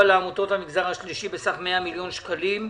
לעמותות המגזר השלישי בסך 100 מיליון שקלים.